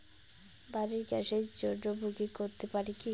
বাড়ির গ্যাসের জন্য বুকিং করতে পারি কি?